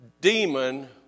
demon